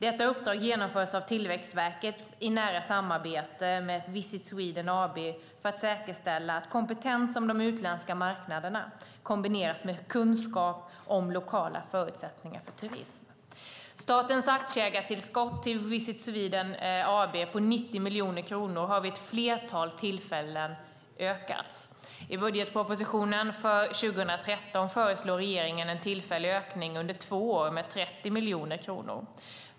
Detta uppdrag genomförs av Tillväxtverket i nära samarbete med Visit Sweden AB för att säkerställa att kompetens om de utländska marknaderna kombineras med kunskap om lokala förutsättningar för turism. Statens aktieägartillskott till Visit Sweden AB på 90 miljoner kronor har vid ett flertal tillfällen ökats. I budgetpropositionen för 2013 föreslår regeringen en tillfällig ökning under två år om 30 miljoner kronor.